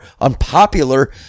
unpopular